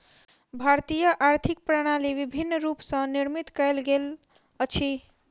भारतीय आर्थिक प्रणाली विभिन्न रूप स निर्मित कयल गेल अछि